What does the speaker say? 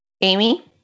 Amy